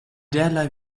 derlei